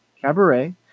cabaret